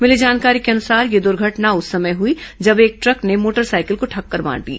मिली जानकारी के अनुसार यह दुर्घटना उस समय हुई जब एक ट्रक ने मोटर साइकिल को टक्कर मार दी